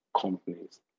companies